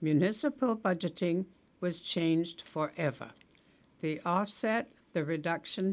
in municipal budgeting was changed for ever they offset the reduction